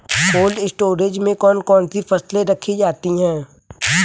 Cold storage में कौन कौन सी फसलें रखी जाती हैं?